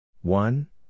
One